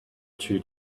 two